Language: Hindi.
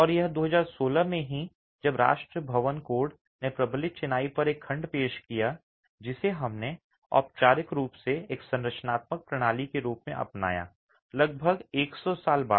और यह 2016 में ही है जब राष्ट्रीय भवन कोड ने प्रबलित चिनाई पर एक खंड पेश किया जिसे हमने औपचारिक रूप से एक संरचनात्मक प्रणाली के रूप में अपनाया लगभग 100 साल बाद